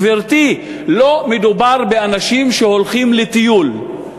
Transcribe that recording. גברתי, לא מדובר באנשים שהולכים לטיול.